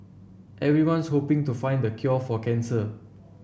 everyone's hoping to find cure for cancer